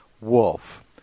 Wolf